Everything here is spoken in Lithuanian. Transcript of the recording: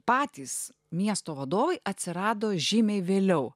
patys miesto vadovai atsirado žymiai vėliau